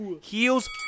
Heels